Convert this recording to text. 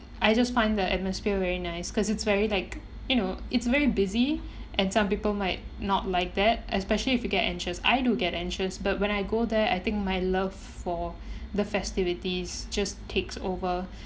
I just find the atmosphere very nice cause it's very like you know it's very busy and some people might not like that especially if you get anxious I do get anxious but when I go there I think my love for the festivities just takes over